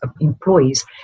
employees